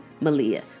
Malia